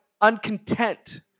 uncontent